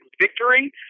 victory